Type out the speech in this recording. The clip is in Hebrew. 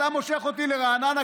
ואתה מושך אותי לרעננה,